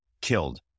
killed